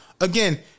again